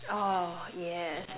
oh yes